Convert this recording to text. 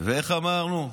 ואיך אמרנו?